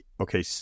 okay